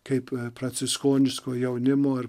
kaip pranciškoniško jaunimo ar